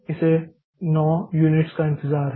लिहाजा इसे 9 यूनिट्स का इंतजार है